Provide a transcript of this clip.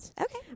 Okay